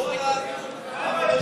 זו באמת שאלה,